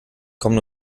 kommen